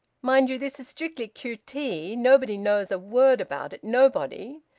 mind you this is strictly q t! nobody knows a word about it, nobody!